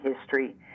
history